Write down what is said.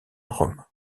rome